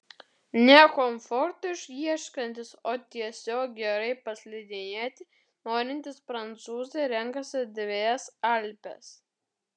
ne komforto ieškantys o tiesiog gerai paslidinėti norintys prancūzai renkasi dvejas alpes